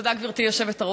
תודה, גברתי היושבת-ראש.